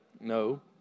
No